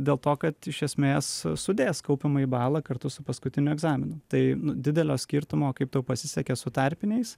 dėl to kad iš esmės sudės kaupiamąjį balą kartu su paskutiniu egzaminu tai didelio skirtumo kaip tau pasisekė su tarpiniais